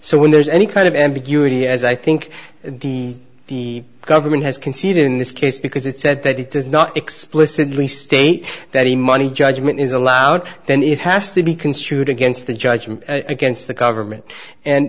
so when there is any kind of ambiguity as i think the the government has conceded in this case because it said that it does not explicitly state that the money judgment is allowed then it has to be construed against the judgment against the government and